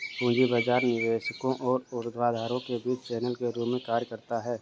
पूंजी बाजार निवेशकों और उधारकर्ताओं के बीच चैनल के रूप में कार्य करता है